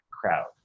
crowd